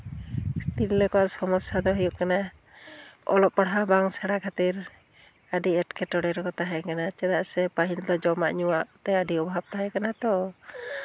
ᱛᱤᱨᱞᱟᱹ ᱠᱚᱣᱟᱜ ᱥᱚᱢᱚᱥᱥᱟ ᱫᱚ ᱦᱩᱭᱩᱜ ᱠᱟᱱᱟ ᱚᱞᱚᱜ ᱯᱟᱲᱦᱟᱣ ᱵᱟᱝ ᱥᱮᱬᱟ ᱠᱷᱟᱹᱛᱤᱨ ᱟᱹᱰᱤ ᱮᱴᱠᱮᱴᱚᱬᱮ ᱨᱮᱠᱚ ᱛᱟᱦᱮᱸ ᱠᱟᱱᱟ ᱪᱮᱫᱟᱜ ᱥᱮ ᱯᱟᱹᱦᱤᱞ ᱫᱚ ᱡᱚᱢᱟᱜ ᱧᱩᱣᱟᱜ ᱛᱮ ᱟᱹᱰᱤ ᱚᱵᱷᱟᱵᱽ ᱛᱟᱦᱮᱸ ᱠᱟᱱᱟ ᱛᱚ